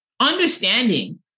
understanding